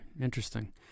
Interesting